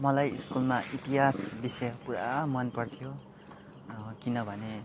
मलाई स्कुलमा इतिहास विषय पूरा मनपर्थ्यो किनभने